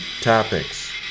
topics